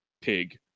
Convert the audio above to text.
pig